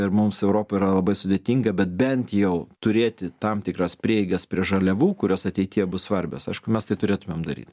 ir mums europa yra labai sudėtinga bet bent jau turėti tam tikras prieigas prie žaliavų kurios ateityje bus svarbios aišku mes tai turėtumėm daryt